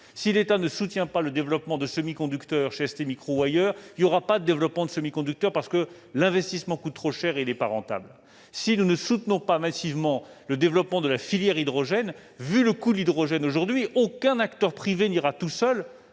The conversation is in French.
Si l'État ne soutient pas le développement de semi-conducteurs chez STMicroelectronics ou ailleurs, il n'y aura pas de développement de semi-conducteurs, parce que l'investissement coûte trop cher et n'est pas rentable. Si nous ne soutenons pas massivement le développement de la filière hydrogène, aucun acteur privé ne pourra